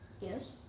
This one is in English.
Yes